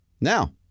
Now